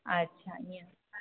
अच्छा ईअं